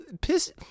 piss